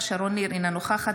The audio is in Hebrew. אינו נוכח שרון ניר,